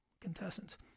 contestants